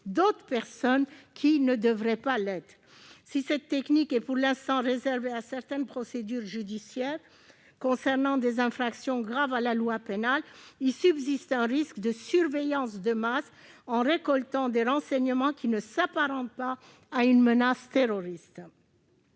d'autres personnes qui ne devraient pas l'être. » Si cette technique est pour l'instant réservée à certaines procédures judiciaires concernant des infractions graves à la loi pénale, elle risque d'entraîner une surveillance de masse du fait de la récolte de renseignements qui ne sont pas liés à une menace terroriste.